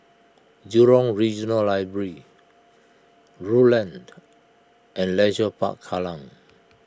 Jurong Regional Library Rulang and Leisure Park Kallang